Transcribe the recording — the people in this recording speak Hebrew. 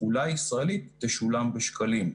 התכולה הישראלית תשולם בשקלים.